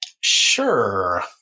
Sure